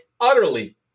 utterly